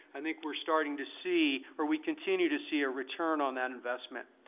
i think we're starting to see, or we continue to see a return on that investment.